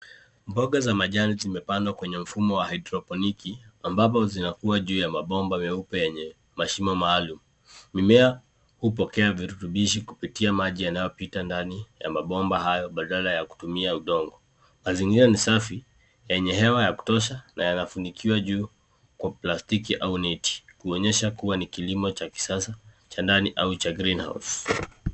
Mboga za majani zimepandwa kwenye mfumo wa hydrophonic ambamo zinakua juu ya mabomba meupe yenye mashimo maalumu. Mimea hupokea virutubishi kupitia maji yanayopita ndani ya mabomba hayo badala ya kutumia udongo. Mazingira ni safi, yenye hewa ya kutosha na yanafunikiwa juu kwa plastiki au neti. Kuonyesha kuwa ni kilimo cha kisasa cha ndani au greenhouse